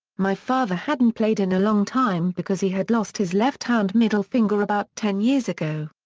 my father hadn't played in a long time because he had lost his left-hand middle finger about ten years ago.